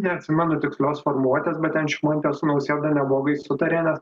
neatsimenu tikslios formuotės bet ten šimonytė su nausėda neblogai sutarė nes